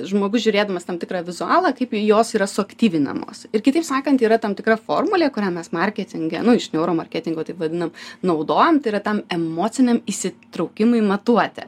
žmogus žiūrėdamas tam tikrą vizualią kaip jos yra suaktyvinamos ir kitaip sakant yra tam tikra formulė kurią mes marketinge nu iš neuro marketingo taip vadina naudojam tai yra tam emociniam įsitraukimui matuoti